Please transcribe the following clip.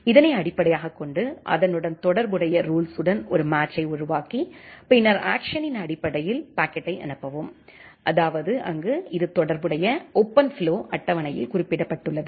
இதனை அடிப்படையாகக் கொண்டு அதனுடன் தொடர்புடைய ரூல்ஸுடன் ஒரு மேட்சைஉருவாக்கி பின்னர் ஆஃக்சனின் அடிப்படையில் பாக்கெட்டை அனுப்பவும் அதாவது அங்கு இது தொடர்புடைய ஓபன்ஃப்ளோ அட்டவணையில் குறிப்பிடப்பட்டுள்ளது